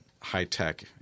high-tech